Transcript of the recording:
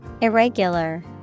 Irregular